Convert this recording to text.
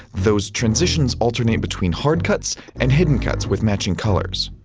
those transitions alternate between hard cuts and hidden cuts with matching colors.